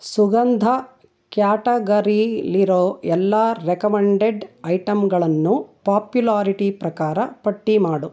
ಸುಗಂಧ ಕ್ಯಾಟಗರಿಲ್ಲಿರೋ ಎಲ್ಲ ರೆಕಮಂಡೆಡ್ ಐಟಮ್ಗಳನ್ನೂ ಪಾಪ್ಯುಲಾರಿಟಿ ಪ್ರಕಾರ ಪಟ್ಟಿ ಮಾಡು